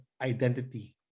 identity